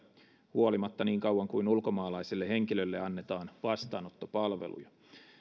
huolimatta niin kauan kuin ulkomaalaiselle henkilölle annetaan vastaanottopalveluja